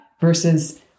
versus